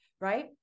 right